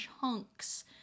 chunks